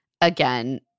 again